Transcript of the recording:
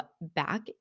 back